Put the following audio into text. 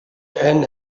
then